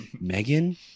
Megan